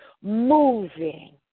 moving